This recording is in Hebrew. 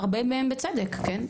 הרבה מהם בצדק, כן?